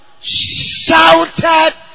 shouted